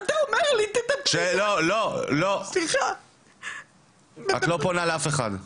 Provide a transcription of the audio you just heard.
אתה אומר לי --- סליחה --- את לא פונה לאף אחד.